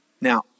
now